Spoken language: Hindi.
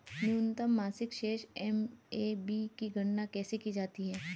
न्यूनतम मासिक शेष एम.ए.बी की गणना कैसे की जाती है?